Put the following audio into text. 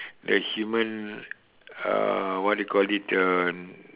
the human uh what do you call it the